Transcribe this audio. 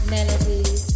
Melodies